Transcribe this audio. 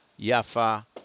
Yafa